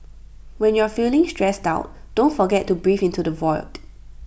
when you are feeling stressed out don't forget to breathe into the void